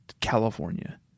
California